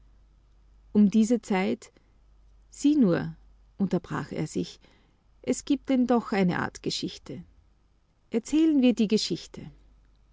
um diese zeit sieh nur unterbrach er sich es gibt denn doch eine art geschichte erzählen wir die geschichte